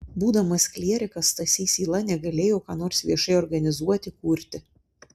būdamas klierikas stasys yla negalėjo ką nors viešai organizuoti kurti